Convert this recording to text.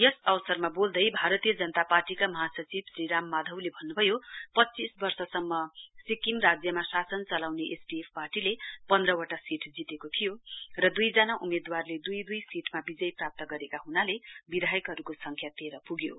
यस अवसरमा बोल्दै भारतीय जनता पार्टीका महासचिव श्री राम माधवले भन्नभयो पच्चीस वर्षसम्म सिक्किम राज्यमा शासन चलाउने एसडिएफ पार्टीले पन्ध्रवटा सीट जितेको थियो र दुइजना उम्मेदवारले दुई दुई सीटमा विजय प्राप्त गरेका हुनाले विधायकहरुको संख्य तेह्र पुग्यो